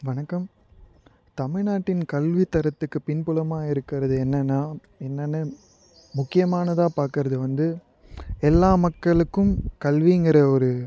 வணக்கம் தமிழ்நாட்டின் கல்வி தரத்துக்கு பின்புலமாக இருக்கிறது என்னென்னா என்னென்ன முக்கியமானதாக பாக்கிறது வந்து எல்லா மக்களுக்கும் கல்விங்கிற ஒரு